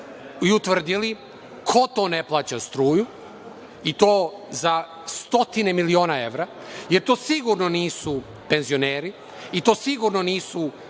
i utvrdili ko to ne plaća struju, i to za stotine miliona evra, jer to sigurno nisu penzioneri i to sigurno nisu